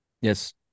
Yes